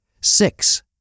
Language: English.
Six